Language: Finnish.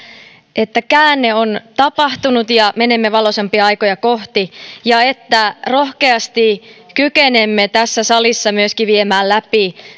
että käänne on tapahtunut ja menemme valoisampia aikoja kohti ja että rohkeasti kykenemme tässä salissa myöskin viemään läpi